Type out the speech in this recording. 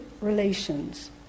relations